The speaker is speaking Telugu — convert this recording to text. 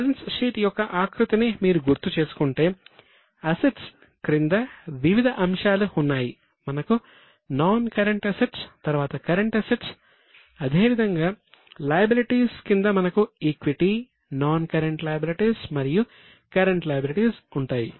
బ్యాలెన్స్ షీట్ యొక్క ఆకృతిని మీరు గుర్తు చేసుకుంటే అసెట్స్ ఉంటాయి